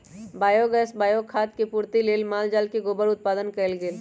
biogas, bio खाद के पूर्ति लेल माल जाल से गोबर उत्पादन कएल गेल